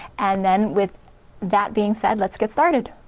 and then with that being said, let's get started!